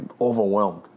overwhelmed